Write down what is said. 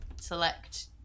select